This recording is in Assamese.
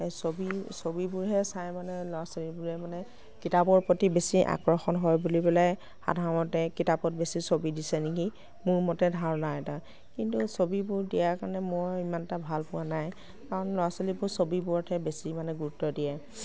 ছবি ছবিবোৰহে চাই মানে ল'ৰা ছোৱালীবোৰে মানে কিতাপৰ প্ৰতি বেছি আকৰ্ষণ হয় বুলি পেলাই সাধাৰণতে কিতাপত বেছি ছবি দিছে নেকি মোৰ মতে ধাৰণা এটা কিন্তু ছবিবোৰ দিয়াৰ কাৰণে মই ইমানটা ভাল পোৱা নাই কাৰণ ল'ৰা ছোৱালীবোৰ ছবিবোৰতহে বেছি মানে গুৰুত্ব দিয়ে